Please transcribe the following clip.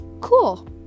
Cool